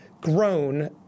grown